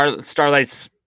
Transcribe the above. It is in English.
Starlight's